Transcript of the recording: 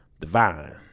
divine